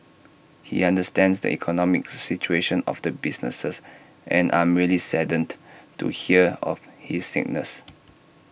he understands the economic situation of the businesses and I'm really saddened to hear of his sickness